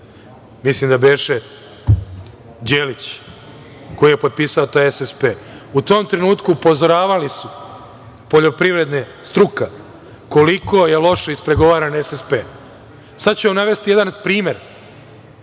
Mislim da beše Đelić koji je potpisao taj SSP. U tom trenutku upozoravali su poljoprivredne, struka, koliko je loš ispregovaran SSP.Navešću vam jedan primer